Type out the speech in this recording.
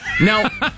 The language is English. Now